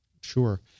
Sure